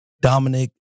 Dominic